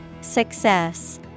Success